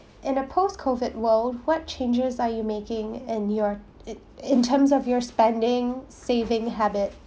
in a post COVID world what changes are you making in your i~ in terms of your spending saving habits